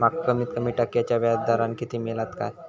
माका कमीत कमी टक्क्याच्या व्याज दरान कर्ज मेलात काय?